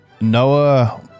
Noah